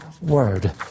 word